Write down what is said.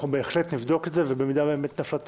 אנחנו בהחלט נבדוק את זה, ובמידה ונפלה טעות,